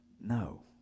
No